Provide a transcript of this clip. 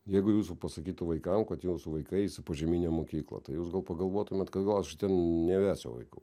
jeigu jūsų pasakytų vaikam kad jūsų vaikai eis į požeminę mokyklą tai jūs gal pagalvotumėt kad gal aš ten nevesiu vaikų